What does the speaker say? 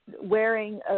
wearing